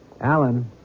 Alan